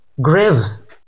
graves